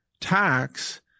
tax